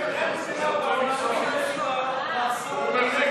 אין מדינה בעולם, מאסר,